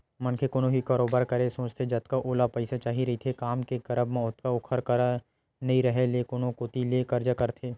मनखे कोनो भी कारोबार करे के सोचथे जतका ओला पइसा चाही रहिथे काम के करब म ओतका ओखर करा नइ रेहे ले कोनो कोती ले करजा करथे